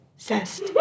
Zest